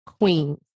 Queen